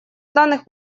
данных